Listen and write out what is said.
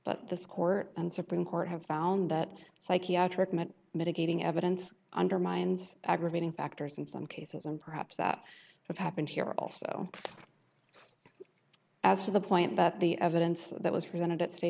but this court and supreme court have found that psychiatric meds mitigating evidence undermines aggravating factors in some cases and perhaps that have happened here also as to the point that the evidence that was presented at sta